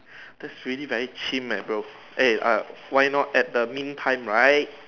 that's really very chim leh bro eh ah why not at the meantime right